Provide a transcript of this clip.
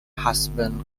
husband